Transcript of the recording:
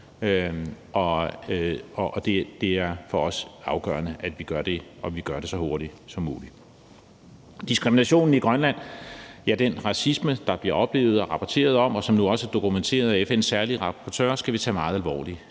og det er for os afgørende, at vi gør det, og at vi gør det så hurtigt som muligt. Diskriminationen i Grønland og, ja, den racisme, der bliver oplevet og rapporteret om, og som nu også er dokumenteret af FN's særlige rapporteur, skal vi tage meget alvorligt.